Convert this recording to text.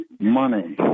Money